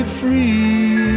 free